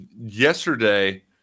yesterday